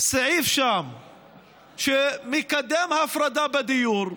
סעיף שמקדם הפרדה בדיור,